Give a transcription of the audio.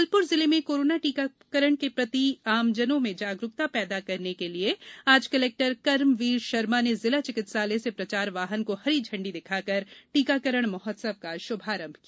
जबलपुर जिले में कोरोना टीकाकरण के प्रति आमजनों में जागरूकता पैदा करने के लिये आज कलेक्टर कर्मवीर शर्मा ने जिला चिकित्सालय से प्रचार वाहन को हरी झंडी दिखाकर टीकाकरण महोत्सव का शुभारंभ किया